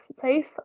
place